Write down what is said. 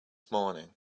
morning